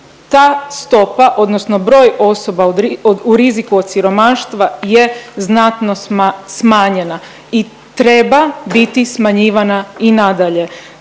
ta stopa odnosno broj osoba u riziku od siromaštva je znatno smanjena i treba biti smanjivana i nadalje.